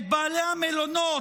את בעלי המלונות,